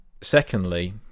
secondly